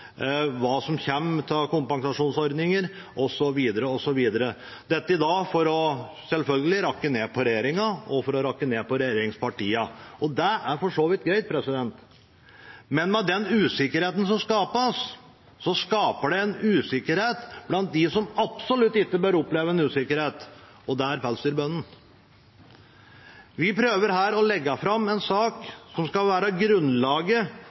hva som kommer av kompensasjonsordninger osv. – selvfølgelig for å rakke ned på regjeringen og for å rakke ned på regjeringspartiene. Det er for så vidt greit, men med den usikkerheten som skapes, skaper det en usikkerhet blant dem som absolutt ikke bør oppleve en usikkerhet, og det er pelsdyrbøndene. Vi prøver her å legge fram en sak som skal være grunnlaget